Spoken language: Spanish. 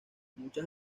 muchas